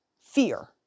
fear